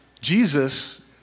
Jesus